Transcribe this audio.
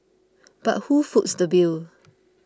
but who foots the bill